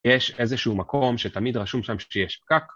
יש איזשהו מקום שתמיד רשום שם שיש פקק.